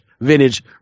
vintage